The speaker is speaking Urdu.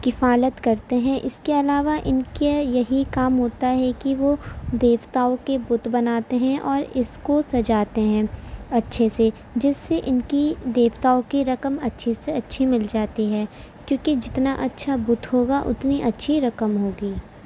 کفالت کرتے ہیں اس کے علاوہ ان کے یہی کام ہوتا ہے کہ وہ دیوتاؤں کے بت بناتے ہیں اور اس کو سجاتے ہیں اچھے سے جس سے ان کی دیوتاؤں کی رقم اچھے سے اچھی مل جاتی ہے کیونکہ جتنا اچھا بت ہوگا اتنی اچھی رقم ہوگی